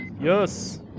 Yes